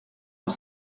par